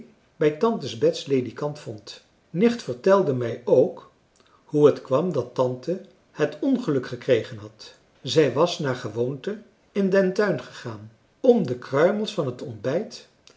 bij tante bet's ledikant vond nicht vertelde mij ook hoe het kwam dat tante het ongeluk gekregen had zij was naar gewoonte in den tuin gegaan om de kruimels van het ontbijt